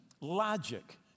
logic